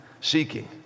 seeking